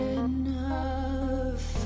enough